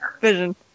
vision